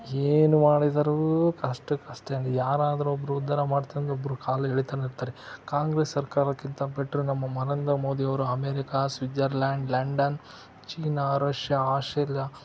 ಏನು ಮಾಡಿದರೂ ಅಷ್ಟುಕ್ಕಷ್ಟೇ ಯಾರಾದ್ರೂ ಒಬ್ಬರು ಉದ್ಧಾರ ಮಾಡ್ತೇನೆ ಅಂದ್ರೆ ಒಬ್ಬರು ಕಾಲು ಎಳಿತಾನೆ ಇರ್ತಾರೆ ಕಾಂಗ್ರೆಸ್ ಸರ್ಕಾರಕ್ಕಿಂತ ಬೆಟ್ರು ನಮ್ಮ ನರೇಂದ್ರ ಮೋದಿಯವರು ಅಮೇರಿಕಾ ಸ್ವಿಜ್ಜರ್ಲ್ಯಾಂಡ್ ಲಂಡನ್ ಚೀನಾ ರಷ್ಯಾ ಆಶ್ರೇಲಿಯಾ